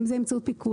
אם זה באמצעות פיקוח,